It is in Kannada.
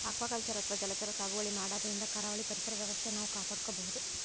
ಅಕ್ವಾಕಲ್ಚರ್ ಅಥವಾ ಜಲಚರ ಸಾಗುವಳಿ ಮಾಡದ್ರಿನ್ದ ಕರಾವಳಿ ಪರಿಸರ್ ವ್ಯವಸ್ಥೆ ನಾವ್ ಕಾಪಾಡ್ಕೊಬಹುದ್